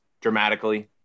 dramatically